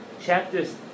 chapters